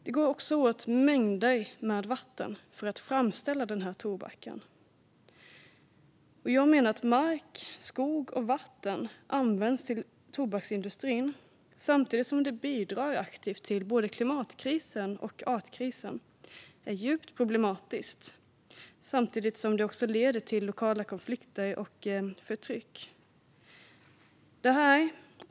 Det går också åt mängder av vatten för att framställa den här tobaken. Att mark, skog och vatten används till tobaksindustrin samtidigt som det bidrar aktivt till både klimatkrisen och artkrisen är djupt problematiskt, samtidigt som det också leder till lokala konflikter och förtryck.